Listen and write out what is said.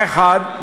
האחד,